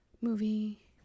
movie